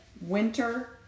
winter